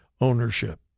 ownership